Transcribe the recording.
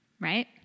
right